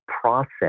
process